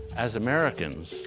as americans,